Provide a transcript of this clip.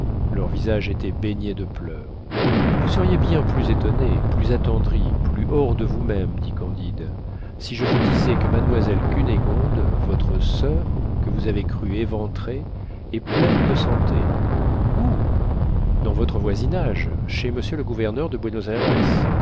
leurs visages étaient baignés de pleurs vous seriez bien plus étonné plus attendri plus hors de vous-même dit candide si je vous disais que mademoiselle cunégonde votre soeur que vous avez crue éventrée est pleine de santé où dans votre voisinage chez m le gouverneur de